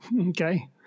Okay